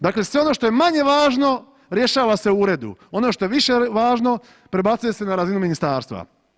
Dakle sve ono što je manje važno, rješava se u uredu, ono što se više važno, prebacuje se na razinu ministarstva.